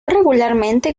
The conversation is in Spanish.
regularmente